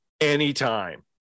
anytime